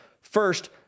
First